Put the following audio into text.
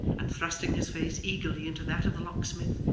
and thrusting his face eagerly into that of the locksmith,